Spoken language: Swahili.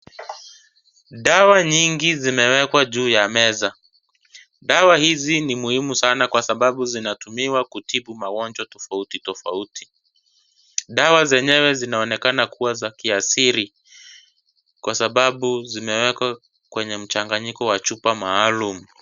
Dawa nyingi zimewekwa juu ya meza, dawa hizi ni muhimu sana kwa sababu zinatumiwa kutibu magonjwa tofauti tofauti , dawa zenyewe zinaonekana kuwa za kiasili kwa sababu zimewekwa kwa mchanganyiko wa chupa maalum.